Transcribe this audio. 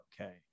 okay